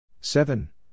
seven